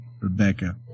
Rebecca